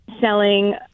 selling